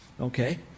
Okay